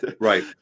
Right